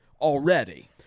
already